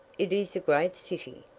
it is a great city,